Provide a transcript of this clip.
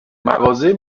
مغازه